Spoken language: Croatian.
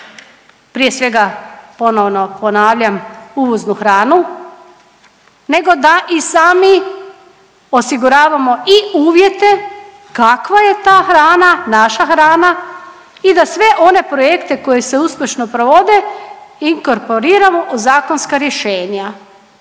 prije svega ponovno ponavljam uvoznu hranu nego da i sami osiguravamo i uvjete kakva je ta hrana, naša hrana i da sve one projekte koji se uspješno provode i korporiramo u zakonska rješenja,